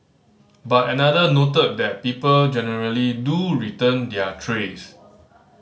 but another noted that people generally do return their trays